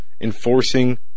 enforcing